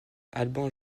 alban